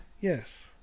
Yes